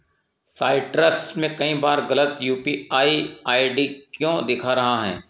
citrus में कई बार गलत U P I I D क्यों दिखा रहा हैं